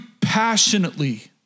passionately